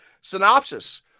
Synopsis